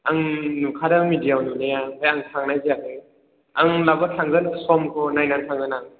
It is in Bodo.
आं नुखादों मिडियायाव नुनाया ओमफ्राय आं थांनाय जायाखै आं होनब्लाबो थांगोन समखौ नायनानै थांगोन आं